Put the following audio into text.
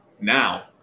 now